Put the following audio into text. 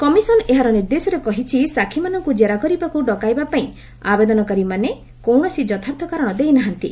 commission ଏହାର ନିର୍ଦ୍ଦେଶରେ କହିଛି ସାକ୍ଷୀମାନଙ୍କୁ ଜେରା କରିବାକୁ ଡକାଇବାପାଇଁ ଆବେଦନକାରୀମାନେ କୌଣସି ଯଥାର୍ଥ କାରଣ ଦେଇ ନାହାନ୍ତି